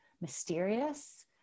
mysterious